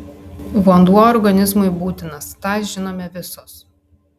vanduo organizmui būtinas tą žinome visos